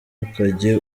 ntukajye